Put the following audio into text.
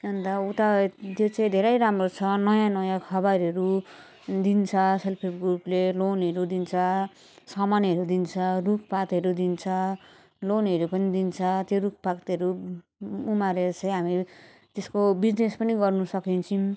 अन्त उता त्यो चाहिँ धेरै राम्रो छ नयाँ नयाँ खबरहरू दिन्छ सेल्फ हेल्प ग्रुपले लोनहरू दिन्छ सामानहरू दिन्छ रुखपातहरू दिन्छ लोनहरू पनि दिन्छ त्यो रुखपातहरू उमारेर चाहिँ हामी त्यसको बिजिनेस पनि गर्नु सकिन्छ